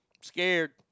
Scared